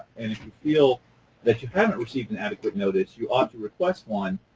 and if you feel that you haven't received an adequate notice, you ought to request one.